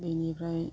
बेनिफ्राय